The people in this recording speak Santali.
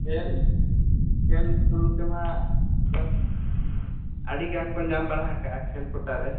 ᱠᱷᱮᱞ ᱠᱷᱮᱞ ᱛᱷᱩᱨᱩ ᱛᱮᱢᱟ ᱟᱹᱰᱤ ᱜᱟᱱ ᱠᱚ ᱧᱟᱢ ᱵᱟᱲᱟ ᱦᱟᱠᱟᱫᱼᱟ ᱠᱦᱮᱞ ᱠᱚᱴᱟ ᱨᱮ